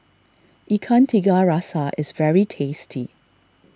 Ikan Tiga Rasa is very tasty